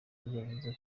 yavuze